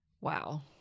Wow